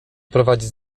prowadzić